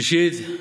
שלישית,